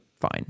fine